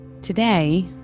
Today